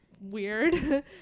weird